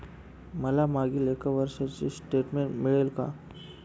मला मागील एक वर्षाचे स्टेटमेंट मिळेल का?